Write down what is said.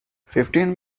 fifteen